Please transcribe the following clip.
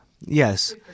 yes